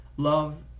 love